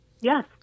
yes